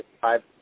Five